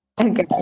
Okay